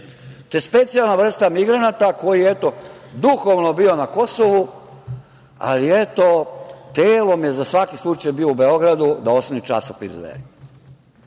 je specijalna vrsta migranta, koji je, eto, duhovno bio na Kosovu, ali telom je za svaki slučaj bio u Beogradu da osnuje časopis